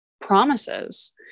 promises